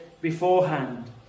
beforehand